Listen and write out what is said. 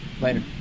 Later